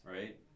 right